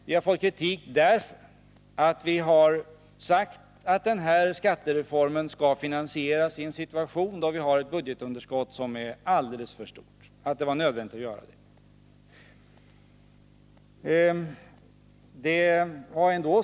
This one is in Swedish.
Vi har fått kritik för att vi har sagt att det var nödvändigt att finansiera skattereformen i en situation, då vi har ett budgetunderskott som Nr 39 är alldeles för stort.